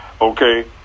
okay